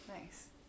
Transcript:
Nice